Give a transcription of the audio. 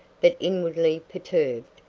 but inwardly perturbed,